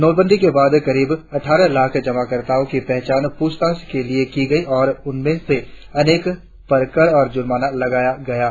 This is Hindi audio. नोटबंदी के बाद करीब अट्ठारह लाख जमाकर्ताओं की पहचान प्रछताछ के लिए की गई है और उनमें से अनेक पर कर और जुर्माना लगाया जा रहा है